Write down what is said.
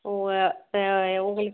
ஓ ஆ உங்களுக்கு